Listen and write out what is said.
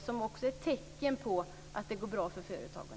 Det är också ett tecken på att det går bra för företagen.